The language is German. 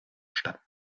stadt